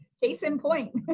case in point!